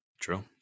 True